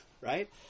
Right